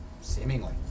Seemingly